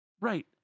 Right